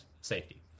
safety